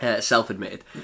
Self-admitted